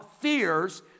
fears